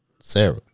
Sarah